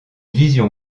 vision